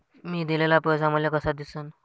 मी दिलेला पैसा मले कसा दिसन?